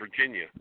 Virginia